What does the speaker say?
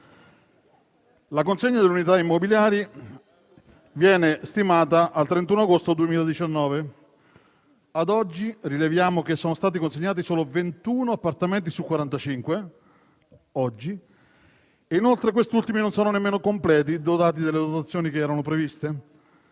La consegna delle unità immobiliari era stata stimata al 31 agosto 2019, ma ad oggi rileviamo che sono stati consegnati solo 21 appartamenti su 45. Inoltre, questi ultimi non sono nemmeno completi delle dotazioni che erano previste.